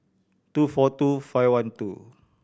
two four two five one two